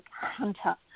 hunter